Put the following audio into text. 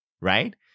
right